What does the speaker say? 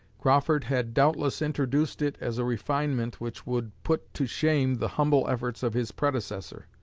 crawford had doubtless introduced it as a refinement which would put to shame the humble efforts of his predecessor.